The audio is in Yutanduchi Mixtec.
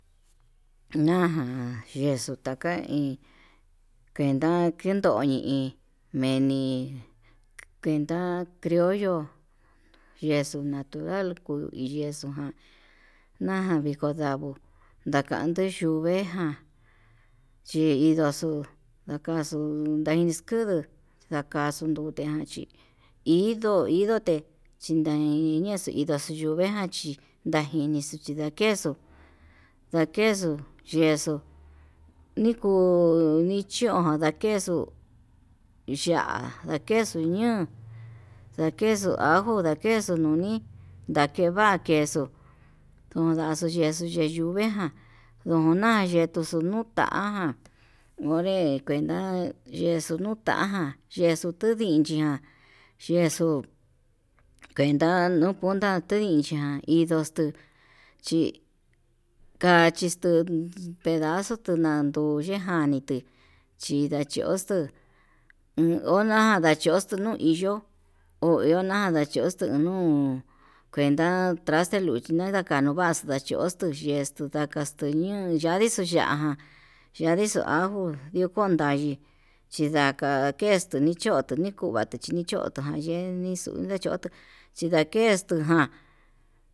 Ñajan kuenta taka koni iin kuenda keñoxi iin meni cuenta griollo kexuu natural yexuu ján, najan diko ndavo'o najande yuu veján chi indo xuu ndakaxu yehi exkudu, ndakxu nrute ján chí ido ido té ndañixo nojan chindaxu nuvejan chí najinixu chindakexu ndakexu yexuu, nikuu nechón ján ndakexuu ya'á ndakexu ñuon ndakexuu ajo ndakexuu nuni, ndoke va'a quesu kundani ndaxo yexo ndei nduvijan nduna ye'e yetuxuu nutaján onre kuenta yexuu nuu ndján yexuu tendichi ña'a yexuu kuenta nuu kuta tendichi ján indoxtu, chi kachixto pedaxo nuna nanduu ndejani chi ndachioxto iin ona ndachixto no iyo ho ihona ndachioxto nuu, kuenta traste luchi no'o ndakanu vax ndachoxto yextuu ka'a kaxtuñun yandixo ya'á ján yandixo ajó ndio kon ndayii chindaka kento nichó tunikuvati nichoxto yenixu nichoto chindaxkextu ján.